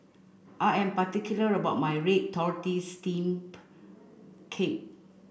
I am particular about my red tortoise steam cake